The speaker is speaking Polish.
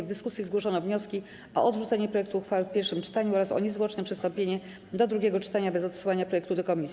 W dyskusji zgłoszono wnioski o odrzucenie projektu uchwały w pierwszym czytaniu oraz o niezwłoczne przystąpienie do drugiego czytania bez odsyłania projektu do komisji.